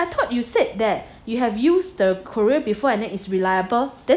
I thought you said that you have used the courier before and then is reliable then